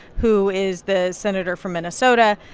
who is the senator from minnesota,